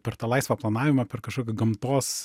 per tą laisvą planavimą per kažkokį gamtos